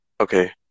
Okay